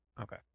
Okay